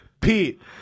Pete